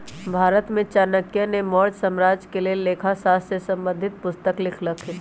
भारत में चाणक्य ने मौर्ज साम्राज्य के लेल लेखा शास्त्र से संबंधित पुस्तक लिखलखिन्ह